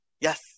yes